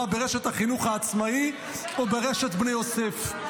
ברשת החינוך העצמאי או ברשת בני יוסף,